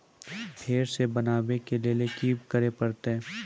फेर सॅ बनबै के लेल की करे परतै?